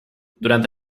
durante